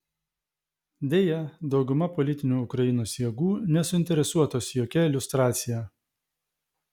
deja dauguma politinių ukrainos jėgų nesuinteresuotos jokia liustracija